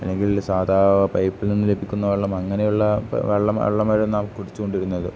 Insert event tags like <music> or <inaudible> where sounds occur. അല്ലെങ്കിൽ സാധാ പൈപ്പിൽനിന്ന് ലഭിക്കുന്ന വെള്ളം അങ്ങനെയുള്ള വെള്ളം വെള്ളം <unintelligible> നാം കുടിച്ചുകൊണ്ടിരുന്നത്